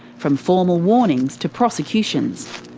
from formal warnings to prosecutions.